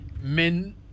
men